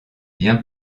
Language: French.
bien